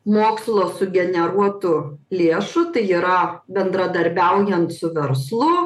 mokslo sugeneruotų lėšų tai yra bendradarbiaujant su verslu